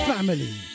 Family